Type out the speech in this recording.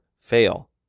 fail